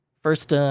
first,